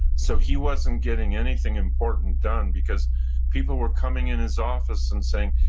so he wasn't getting anything important done because people were coming in his office and saying,